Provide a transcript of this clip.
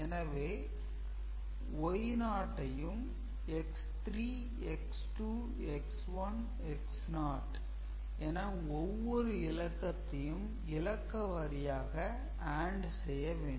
எனவே Y0 ஐயும் X3 X2 X1 X0 என ஒவ்வொரு இலக்கத்தையும் இலக்க வாரியாக AND செய்ய வேண்டும்